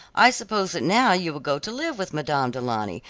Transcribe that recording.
i suppose that now you will go to live with madame du launy,